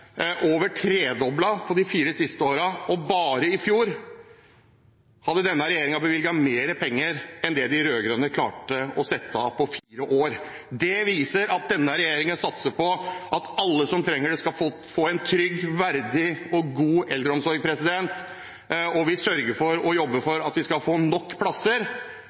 over tredoblet på de fire siste årene. Bare i fjor bevilget denne regjeringen mer penger enn det de rød-grønne klarte å sette av på fire år. Dette viser at denne regjeringen satser på at alle som trenger det, skal få en trygg, verdig og god eldreomsorg. Vi sørger for å jobbe for at vi skal få nok plasser.